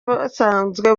basanzwe